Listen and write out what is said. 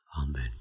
Amen